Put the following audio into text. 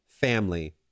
family